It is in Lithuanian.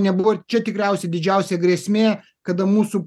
nebuvo ir čia tikriausiai didžiausia grėsmė kada mūsų